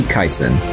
Kaisen